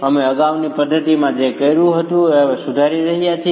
અમે અગાઉની પદ્ધતિમાં જે કર્યું હતું તે સુધારી રહ્યા છીએ